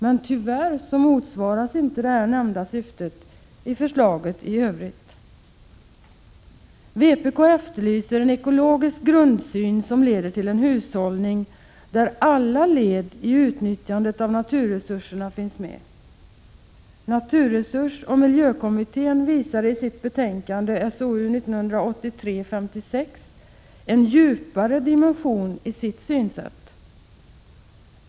Men tyvärr motsvaras inte nämnda syfte i förslaget i övrigt. Vpk efterlyser en ekologisk grundsyn som leder till en hushållning, där alla led i utnyttjandet av naturresurserna finns med. Naturresursoch miljökommittén visar i sitt betänkande SOU 1983:56 en djupare dimension i sitt synsätt.